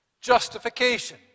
Justification